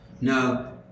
No